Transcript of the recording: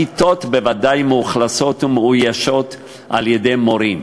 הכיתות בוודאי מאוכלסות ומאוישות על-ידי מורים,